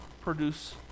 produce